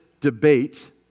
debate